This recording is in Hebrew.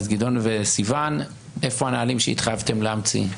אז גדעון וסיון, איפה הנהלים שהתחייבתם להמציא?